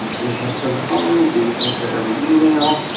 um we answer the phone, we answer every email,